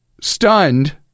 stunned